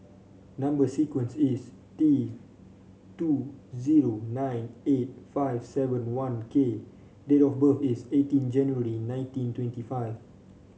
number sequence is T two zero nine eight five seven one K date of birth is eighteen January nineteen twenty five